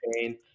pain